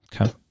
Okay